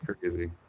crazy